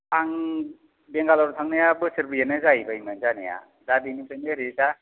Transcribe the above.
आं बेंगालर थांनाया बेसेरब्रैआनो जाहैबायमोन जानाया दा बेनिफ्रायनो ओरै दा